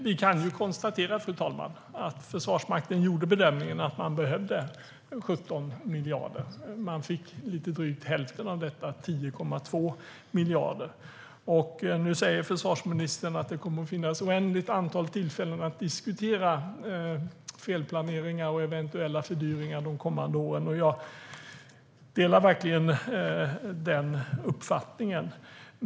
Vi kan konstatera, fru talman, att Försvarsmakten gjorde bedömningen att man behövde 17 miljarder. Man fick lite drygt hälften av detta, 10,2 miljarder. Nu säger försvarsministern att det kommer att finnas ett oändligt antal tillfällen att diskutera felplaneringar och eventuella fördyringar de kommande åren. Jag delar verkligen den uppfattningen.